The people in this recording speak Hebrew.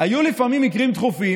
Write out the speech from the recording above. אקדמאיים ותודעתיים,